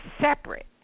separate